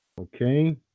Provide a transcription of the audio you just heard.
Okay